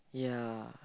ya